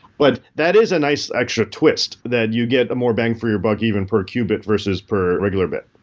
but that is a nice extra twist that you get a more bang for your buck even per qubit versus per regular bit.